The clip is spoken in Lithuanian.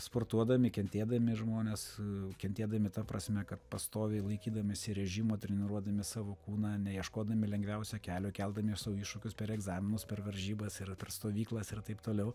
sportuodami kentėdami žmones kentėdami ta prasme kad pastoviai laikydamiesi režimo treniruodami savo kūną neieškodami lengviausio kelio keldami sau iššūkius per egzaminus per varžybas ir per stovyklas ir taip toliau